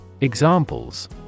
Examples